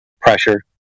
pressure